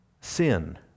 sin